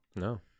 No